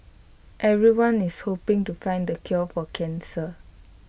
everyone is hoping to find the cure for cancer